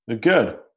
good